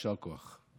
יישר כוח.